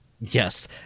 Yes